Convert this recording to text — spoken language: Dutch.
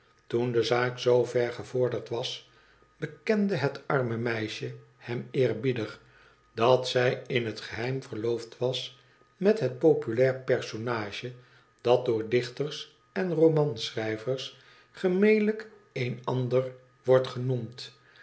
toen de zaak zoo ver gevorderd was bekende het arme meisje hem eerbiedig dat zij in het geheim verloofd was met het populair personage dat door dichters en romanschrijvers gemeenlijk eenander wordt genoemd